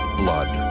blood